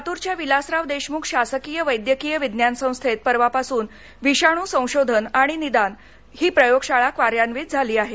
लातूरच्या विलासराव देशमुख शासकीय वद्धिकीय विज्ञान संस्थेत परवापासून विषाणू संशोधन आणि निदान प्रयोगशाळा कार्यान्वित झाली आहे